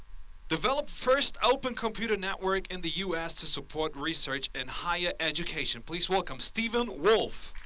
developed first open computer network in the u s. to support research in higher education. please welcome stephen wolff.